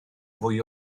fwy